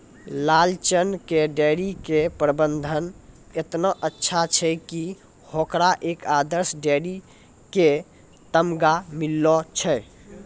लालचन के डेयरी के प्रबंधन एतना अच्छा छै कि होकरा एक आदर्श डेयरी के तमगा मिललो छै